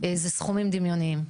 זה סכומים דמיוניים.